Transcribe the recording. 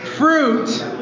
Fruit